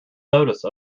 notice